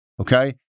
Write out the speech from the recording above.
Okay